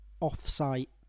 off-site